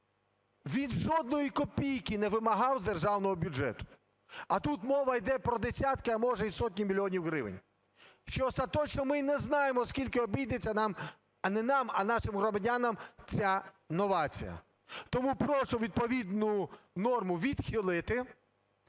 він жодної копійки не вимагав з державного бюджету, а тут мова йде про десятки, а може й сотні мільйонів гривень. Ще остаточно ми й не знаємо у скільки обійдеться нам… не нам, а нашим громадянам ця новація. Тому прошу відповідну норму відхилити